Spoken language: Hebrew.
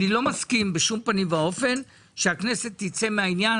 אני לא מסכים בשום פנים ואופן שהכנסת תצא מהעניין,